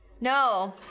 No